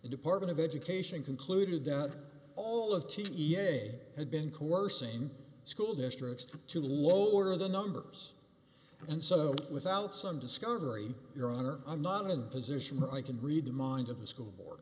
the department of education concluded that all of the t e a had been coercing school districts to lower the numbers and so without some discovery your honor i'm not in a position where i can read the mind of the school board